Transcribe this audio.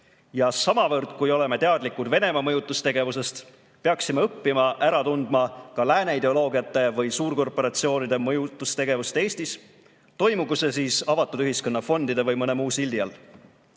Ja samavõrd, kui oleme teadlikud Venemaa mõjutustegevusest, peaksime õppima ära tundma ka lääne ideoloogiate ja suurkorporatsioonide mõjutustegevust Eestis, toimugu see siis avatud ühiskonna fondide või mõne muu sildi